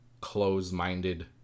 close-minded